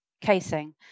casing